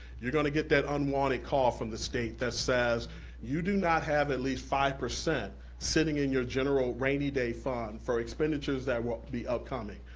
you're gonna get that unwanted call from the state that says you do not have at least five percent sitting in your general rainy fund for expenditures that will be upcoming.